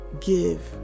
give